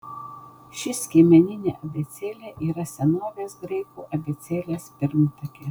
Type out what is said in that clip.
ši skiemeninė abėcėlė yra senovės graikų abėcėlės pirmtakė